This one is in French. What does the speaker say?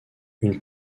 une